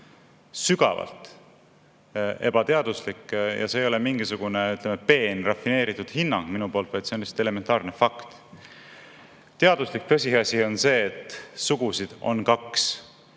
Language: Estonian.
Sügavalt ebateaduslik! Ja see ei ole mingisugune peen rafineeritud hinnang minu poolt, vaid see on lihtsalt elementaarne fakt. Teaduslik tõsiasi on see, et sugusid on kaks,